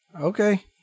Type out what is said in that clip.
Okay